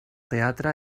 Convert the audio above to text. teatre